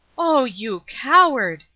oh, you coward!